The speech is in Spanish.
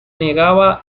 negaba